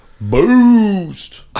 Boost